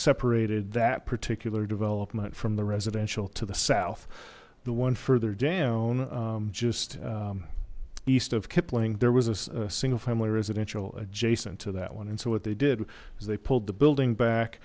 separated that particular development from the residential to the south the one further down just east of kipling there was a single family residential adjacent to that one and so what they did is they pulled the building back